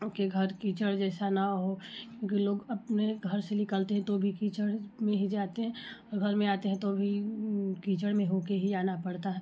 घर कीचड़ जैसा न हो कि लोग अपने घर से निकलते हैं तो भी कीचड़ में ही जाते हैं और घर में आते हैं तो भी कीचड़ में होके ही आना पड़ता है